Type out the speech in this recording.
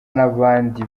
n’abandi